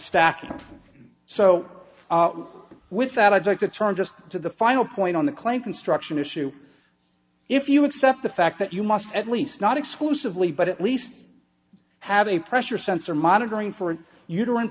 stacking so with that i'd like to turn just to the final point on the claim construction issue if you accept the fact that you must at least not exclusively but at least have a pressure sensor monitoring for uterine